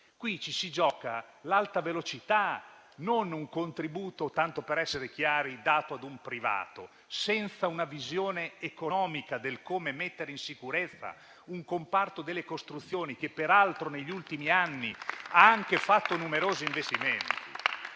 Qui ci si gioca l'Alta velocità, non un contributo - tanto per essere chiari - dato ad un privato, senza una visione economica su come mettere in sicurezza un comparto delle costruzioni che peraltro negli ultimi anni ha anche fatto numerosi investimenti.